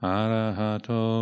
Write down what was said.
arahato